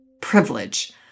privilege